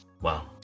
Wow